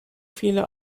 viele